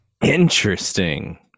Interesting